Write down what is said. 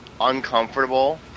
Uncomfortable